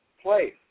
place